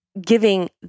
giving